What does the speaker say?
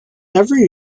every